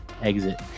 exit